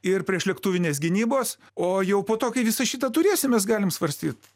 ir priešlėktuvinės gynybos o jau po to kai visą šitą turėsim mes galim svarstyt